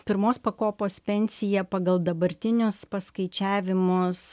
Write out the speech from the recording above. pirmos pakopos pensija pagal dabartinius paskaičiavimus